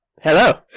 Hello